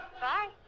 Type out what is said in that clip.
Bye